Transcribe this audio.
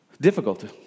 difficult